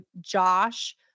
Josh